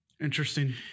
Interesting